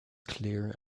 clear